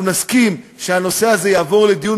אנחנו נסכים שהנושא הזה יעבור לדיון